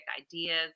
ideas